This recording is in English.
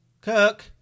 Kirk